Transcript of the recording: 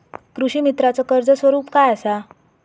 कृषीमित्राच कर्ज स्वरूप काय असा?